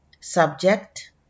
Subject